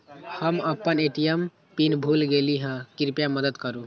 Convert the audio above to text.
हम अपन ATM pin भूल गेली ह, कृपया मदत करू